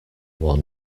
one